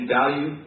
value